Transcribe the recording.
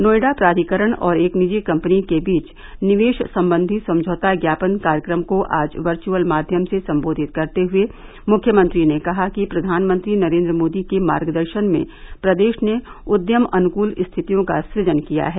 नोएडा प्राधिकरण और एक निजी कम्पनी के बीच निवेश सम्बन्धी समझौता ज्ञापन कार्यक्रम को आज वर्चुअल माध्यम से सम्बोधित करते हुये मुख्यमंत्री ने कहा कि प्रधानमंत्री नरेन्द्र मोदी के मार्गदर्शन में प्रदेश ने उद्यम अनुकूल स्थितियों का सृजन किया है